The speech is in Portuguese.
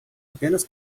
apenas